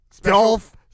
Dolph